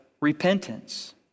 repentance